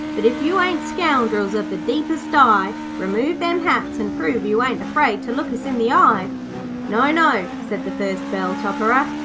but if you ain't scoundrels of the deepest dye, remove them hats and prove you ain't afraid to look us in the eye no, no said the first bell-topperer.